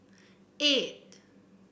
eight